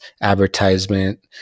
advertisement